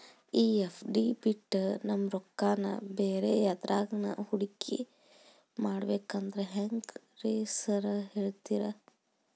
ಈ ಎಫ್.ಡಿ ಬಿಟ್ ನಮ್ ರೊಕ್ಕನಾ ಬ್ಯಾರೆ ಎದ್ರಾಗಾನ ಹೂಡಿಕೆ ಮಾಡಬೇಕಂದ್ರೆ ಹೆಂಗ್ರಿ ಸಾರ್ ಹೇಳ್ತೇರಾ?